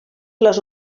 les